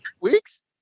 Weeks